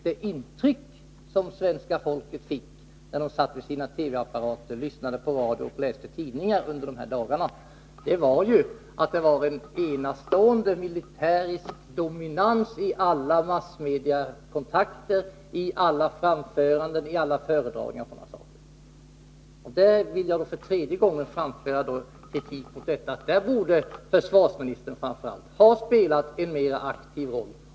Det intryck svenska folket fick när man under de aktuella dagarna satt vid sina TV-apparater, när man lyssnade på radio eller läste tidningar var ju att det var en enastående militärisk dominans i alla massmediakontakter, alla framföranden, alla föredragningar etc. I det avseendet vill jag för tredje gången framföra kritik. Framför allt försvarsministern borde ha spelat en mera aktiv roll.